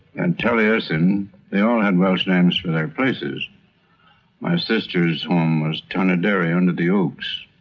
and taliesin they all had welsh names for their places my sister's home was tanyderi, under the oaks.